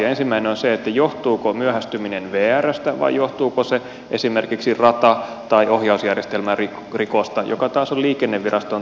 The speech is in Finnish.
ensimmäinen on se johtuuko myöhästyminen vrstä vai johtuuko se esimerkiksi rata tai ohjausjärjestelmän rikosta joka taas on liikenneviraston tontilla